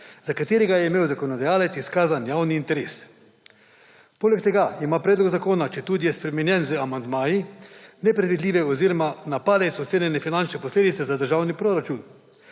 za katerega je imel zakonodajalec izkazan javni interes. Poleg tega ima predlog zakona, četudi je spremenjen z amandmaji, nepredvidljive oziroma na palec ocenjene finančne posledice za državni proračun